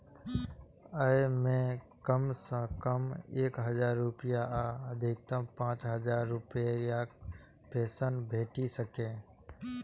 अय मे कम सं कम एक हजार रुपैया आ अधिकतम पांच हजार रुपैयाक पेंशन भेटि सकैए